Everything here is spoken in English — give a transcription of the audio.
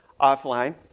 offline